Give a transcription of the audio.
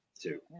Two